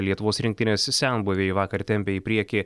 lietuvos rinktinės senbuviai vakar tempė į priekį